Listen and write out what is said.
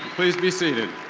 please be seated.